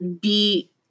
be-